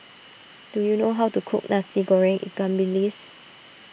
do you know how to cook Nasi Goreng Ikan Bilis